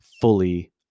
fully